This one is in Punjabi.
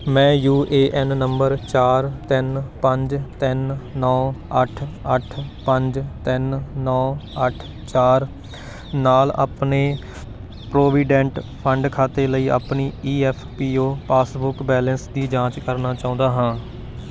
ਮੈਂ ਯੂ ਏ ਐੱਨ ਨੰਬਰ ਚਾਰ ਤਿੰਨ ਪੰਜ ਤਿੰਨ ਨੌ ਅੱਠ ਅੱਠ ਪੰਜ ਤਿੰਨ ਨੌ ਅੱਠ ਚਾਰ ਨਾਲ ਆਪਣੇ ਪ੍ਰੋਵੀਡੈਂਟ ਫੰਡ ਖਾਤੇ ਲਈ ਆਪਣੀ E F P O passbook balance ਦੀ ਜਾਂਚ ਕਰਨਾ ਚਾਹੁੰਦਾ ਹਾਂ